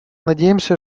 надеемся